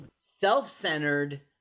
self-centered